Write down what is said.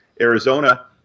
Arizona